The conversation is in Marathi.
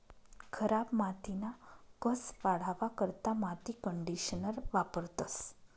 खराब मातीना कस वाढावा करता माती कंडीशनर वापरतंस